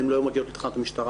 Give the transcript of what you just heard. הן לא מגיעות לתחנת המשטרה.